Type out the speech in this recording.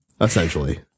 Essentially